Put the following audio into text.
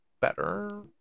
better